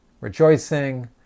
rejoicing